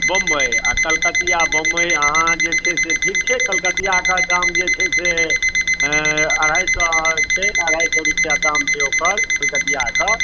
बम्बइ आ कलकतिया बम्बइ अहाँ जे छै से ठीक छै कलकतिया कऽ दाम जे छै से अढ़ाइ सए छै अढ़ाइ सए रुपआ दाम छै ओकर कलकतिया कऽ